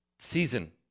season